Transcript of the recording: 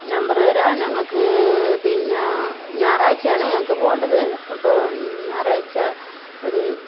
number തരാം ഞങ്ങൾക്ക് പിന്നെ ഞായറാഴ്ചയാണ് ഞങ്ങൾക്ക് പോകേണ്ടത് അപ്പോൾ ഞായറാഴ്ച ഒരു